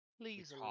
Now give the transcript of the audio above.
Please